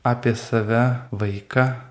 apie save vaiką